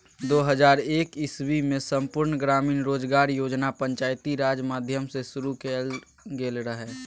दु हजार एक इस्बीमे संपुर्ण ग्रामीण रोजगार योजना पंचायती राज माध्यमसँ शुरु कएल गेल रहय